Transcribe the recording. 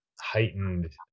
heightened